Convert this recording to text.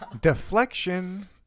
Deflection